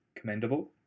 commendable